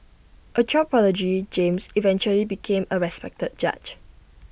A child prodigy James eventually became A respected judge